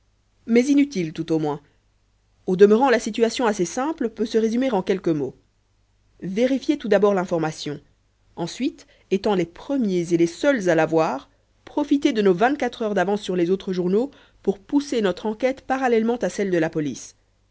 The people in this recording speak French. mais inutile tout au moins au demeurant la situation assez simple peut se résumer en quelques mots vérifier tout d'abord l'information ensuite étant les premiers et les seuls à l'avoir profiter de nos vingt-quatre heures d'avance sur les autres journaux pour pousser notre enquête parallèlement à celle de la police